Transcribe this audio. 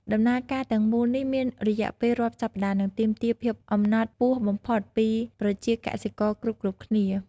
ដំណើរការទាំងមូលនេះមានរយៈពេលរាប់សប្តាហ៍និងទាមទារភាពអំណត់ខ្ពស់បំផុតពីប្រជាកសិករគ្រប់ៗគ្នា។